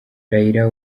raila